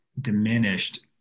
diminished